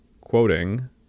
quoting